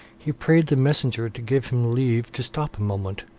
he prayed the messenger to give him leave to stop a moment,